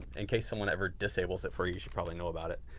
in case someone ever disables it for you, you should probably know about it.